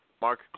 Mark